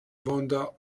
vonda